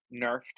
nerfed